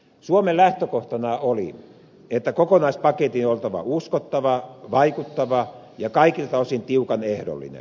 suomen lähtökohtana oli että kokonaispaketin on oltava uskottava vaikuttava ja kaikilta osin tiukan ehdollinen